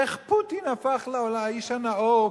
איך פוטין הפך לאיש הנאור?